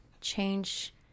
change